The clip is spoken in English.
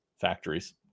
factories